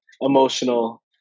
emotional